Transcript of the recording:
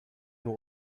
nur